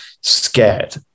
scared